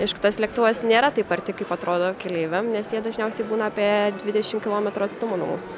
aišku tas lėktuvas nėra taip arti kaip atrodo keleiviam nes jie dažniausiai būna apie dvidešim kilometrų atstumu nuo mūsų